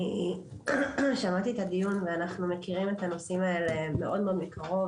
אני שמעתי את הדיון ואנחנו מכירים את הנושאים האלה מאוד מקרוב.